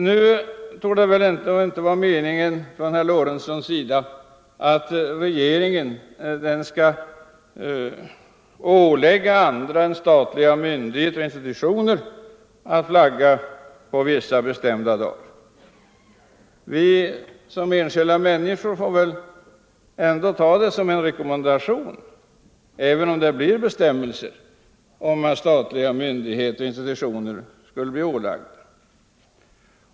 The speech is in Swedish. Nu torde det inte vara herr Lorentzons mening att regeringen skall ålägga andra än statliga myndigheter och institutioner att flagga på vissa bestämda dagar. Även om statliga myndigheter och institutioner åläggs att flagga får väl vi som enskilda människor ta det som en rekommendation.